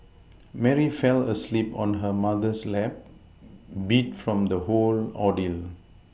Mary fell asleep on her mother's lap beat from the whole ordeal